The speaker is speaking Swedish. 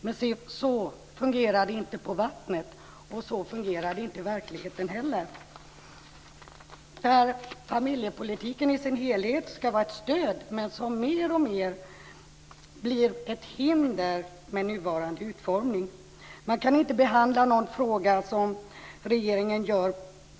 Men se så fungerar det inte på vattnet, och så fungerar det inte i verkligheten heller. Familjepolitiken som helhet ska vara ett stöd. Men den blir mer och mer ett hinder med nuvarande utformning. Man kan inte behandla någon fråga på det sätt som regeringen gör.